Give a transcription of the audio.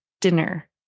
dinner